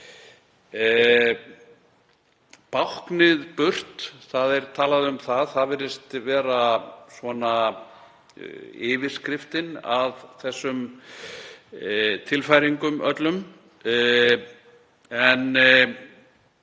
Báknið burt, það er talað um það og það virðist vera yfirskriftin að þessum tilfæringum öllum.